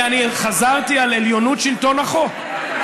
ואני חזרתי על עליונות שלטון החוק,